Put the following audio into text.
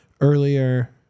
Earlier